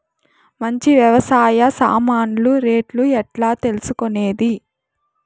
మంచి వ్యవసాయ సామాన్లు రేట్లు ఎట్లా తెలుసుకునేది?